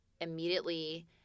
Immediately